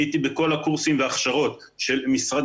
אני הייתי בכל הקורסים וההכשרות של משרד